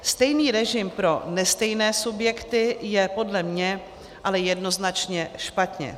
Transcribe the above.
Stejný režim pro nestejné subjekty je podle mě ale jednoznačně špatně.